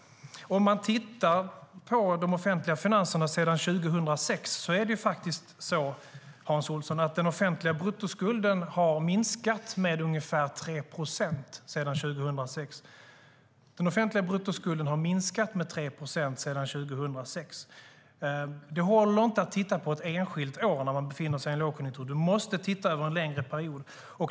Om man tittar på de offentliga finanserna ser man, Hans Olsson, att den offentliga bruttoskulden faktiskt har minskat med ungefär 3 procent sedan 2006 - så är det. Det håller inte att titta på ett enskilt år när man befinner sig i en lågkonjunktur, utan man måste titta över en längre period.